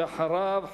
ואחריו,